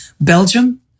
Belgium